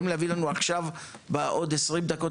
האם אתם יכולים להדפיס ולהביא לנו בעשרים הדקות